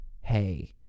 hey